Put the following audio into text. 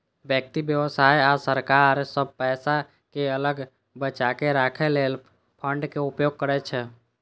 व्यक्ति, व्यवसाय आ सरकार सब पैसा कें अलग बचाके राखै लेल फंडक उपयोग करै छै